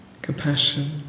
compassion